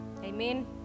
Amen